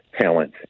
talent